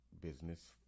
business